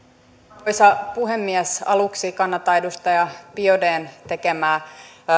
arvoisa puhemies aluksi kannatan edustaja biaudetn tekemää